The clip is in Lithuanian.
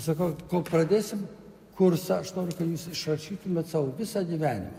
sakau kol pradėsim kursą aš noriu kad jūs išrašytumėt savo visą gyvenimą